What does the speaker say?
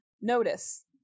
notice